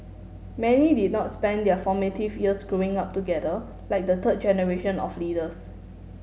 many did not spend their formative years growing up together like the third generation of leaders